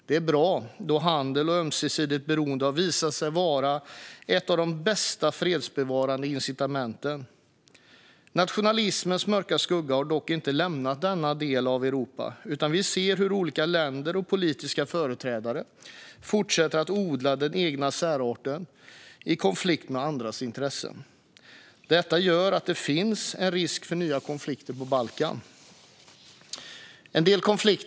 Det är bra, då handel och ömsesidigt beroende har visat sig vara ett av de bästa fredsbevarande incitamenten. Nationalismens mörka skugga har dock inte lämnat denna del av Europa, utan vi ser hur olika länder och politiska företrädare fortsätter att odla den egna särarten i konflikt med andras intressen. Detta gör att det finns en risk för nya konflikter på Balkan.